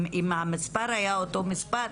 אם המספר היה אותו מספר,